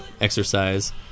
exercise